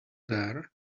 there